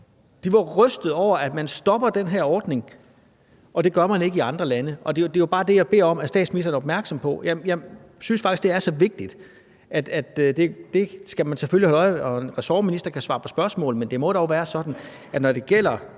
De var jo rystede over, at man stopper den her ordning, når man ikke gør det i andre lande. Det er bare det, jeg beder om at statsministeren er opmærksom på. Jeg synes faktisk, det er så vigtigt, at det skal man selvfølgelig holde øje med. En ressortminister kan svare på spørgsmål, men det må dog være sådan, at når det gælder